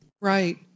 Right